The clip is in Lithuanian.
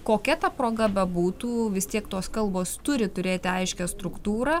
kokia ta proga bebūtų vis tiek tos kalbos turi turėti aiškią struktūrą